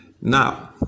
Now